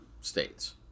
states